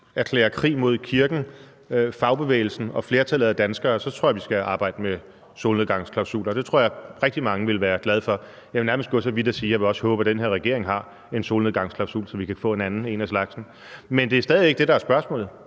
erklærer krig mod kirken, fagbevægelsen og flertallet af danskere, at vi skal arbejde med solnedgangsklausuler, og det tror jeg at rigtig mange vil være glade for. Jeg vil nærmest gå så vidt som at sige, at jeg også vil håbe, at den her regering har en solnedgangsklausul, så vi kan få en anden en af slagsen. Men det er stadig væk ikke det, der er spørgsmålet.